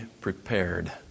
prepared